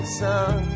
sun